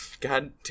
god